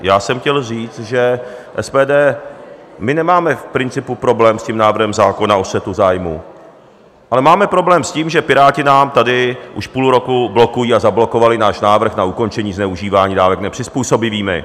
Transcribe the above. Já jsem chtěl říct, že SPD... že my nemáme v principu problém s návrhem zákona o střetu zájmů, ale máme problém s tím, že Piráti nám tady už půl roku blokují a zablokovali náš návrh na ukončení zneužívání dávek nepřizpůsobivými.